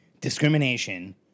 Discrimination